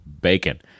bacon